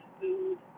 food